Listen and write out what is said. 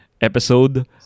episode